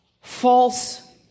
false